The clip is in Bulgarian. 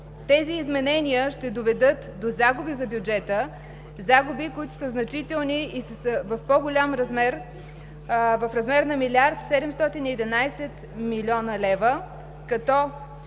тези изменения ще доведат до загуби за бюджета, загуби, които са значителни и са в по-голям размер – в размер на 1 млрд. 711 млн. лв., като